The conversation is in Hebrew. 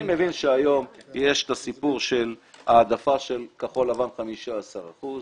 אני מבין שהיום יש את הסיפור של העדפה של כחול-לבן 15 אחוזים.